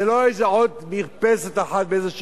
זה לא איזה עוד מרפסת אחת באיזו דירה.